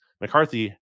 McCarthy